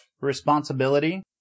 Responsibility